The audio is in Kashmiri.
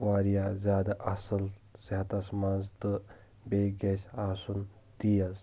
واریاہ زیادٕ اصٕل صٮ۪حتَس منٛز تہٕ بیٚیہِ گَژھ آسُن تیز